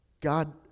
God